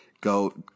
go